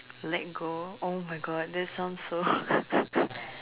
let go !oh-my-God! that sounds so